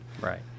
Right